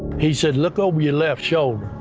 he said, look over your left shoulder,